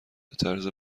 بطرز